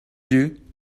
you